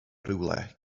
rhywle